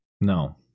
No